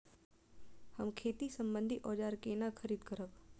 हम खेती सम्बन्धी औजार केना खरीद करब?